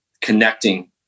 connecting